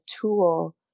tool